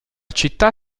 città